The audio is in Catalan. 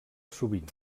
sovint